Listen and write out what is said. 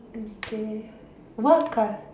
okay what car